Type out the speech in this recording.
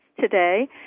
today